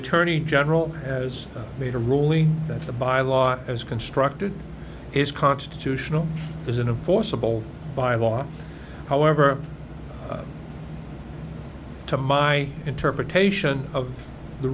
attorney general has made a ruling that the bylaw as constructed is constitutional isn't a forcible by law however to my interpretation of the